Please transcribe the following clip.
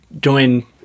Join